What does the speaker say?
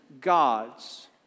gods